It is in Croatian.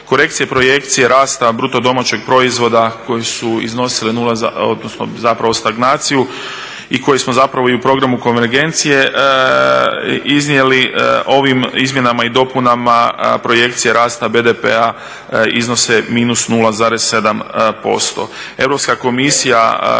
korekcije projekcije rasta BDP-a zapravo stagnaciju i koji smo i u programu konvergencije iznijeli ovim izmjenama i dopunama projekcije rasta BDP-a iznose minus 0,7%.